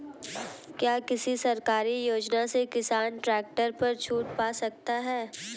क्या किसी सरकारी योजना से किसान ट्रैक्टर पर छूट पा सकता है?